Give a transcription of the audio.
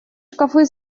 шкафы